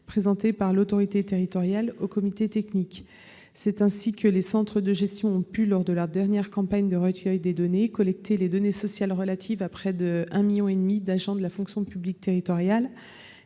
présentés par l'autorité territoriale au comité technique. C'est ainsi que les centres de gestion ont pu, lors de leur dernière campagne de recueil de données, collecter les données sociales relatives à près de 1,5 million d'agents de la fonction publique territoriale.